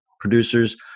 producers